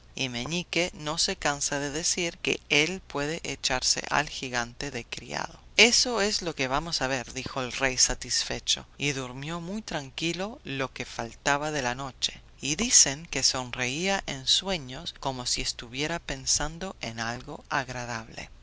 meñique no se cansa de decir que él puede echarse al gigante de criado eso es lo que vamos a ver dijo el rey satisfecho y durmió muy tranquilo lo que faltaba de la noche y dicen que sonreía en sueños como si estuviera pensando en algo agradable